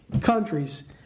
countries